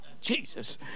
Jesus